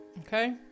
okay